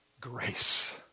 grace